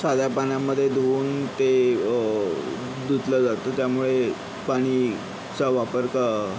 साध्या पाण्यामध्ये धुवून ते धुतलं जातं त्यामुळे पाण्याचा वापर